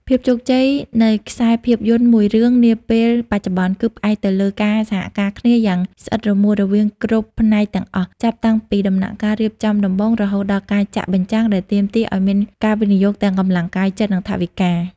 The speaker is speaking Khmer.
ភាពជោគជ័យនៃខ្សែភាពយន្តមួយរឿងនាពេលបច្ចុប្បន្ន គឺផ្អែកទៅលើការសហការគ្នាយ៉ាងស្អិតរមួតរវាងគ្រប់ផ្នែកទាំងអស់ ចាប់តាំងពីដំណាក់កាលរៀបចំដំបូង រហូតដល់ការចាក់បញ្ចាំង ដែលទាមទារឱ្យមានការវិនិយោគទាំងកម្លាំងកាយ ចិត្ត និងថវិកា។